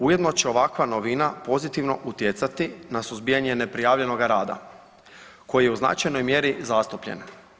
Ujedno će ovakva novina pozitivno utjecati na suzbijanje neprijavljenoga rada koji je u značajnoj mjeri zastupljen.